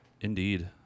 Indeed